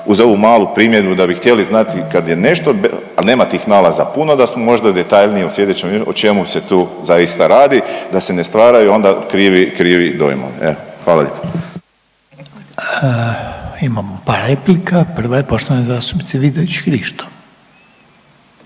uz ovu malu primjedbu da bi htjeli znati kad je nešto, a nema tih nalaza puno da smo možda detaljnije u slijedećem o čemu se tu zaista radi, da se ne stvaraju onda krivi, krivi dojmovi. Evo, hvala lijepo. **Reiner, Željko (HDZ)** Imamo par replika, prva je poštovane zastupnice Vidović Krišto.